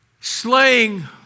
slaying